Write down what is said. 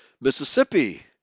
Mississippi